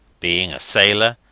being a sailor,